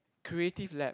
creative lab